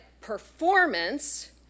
performance